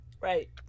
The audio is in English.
Right